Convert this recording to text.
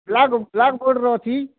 black black ବୋର୍ଡ଼ର ଅଛି